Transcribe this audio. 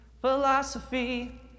philosophy